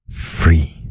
Free